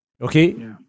okay